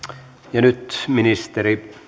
ja nyt ministeri